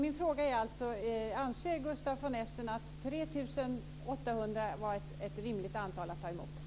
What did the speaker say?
Min fråga är alltså: Anser Gustaf von Essen att 3 800 var ett rimligt antal att ta emot?